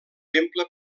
temple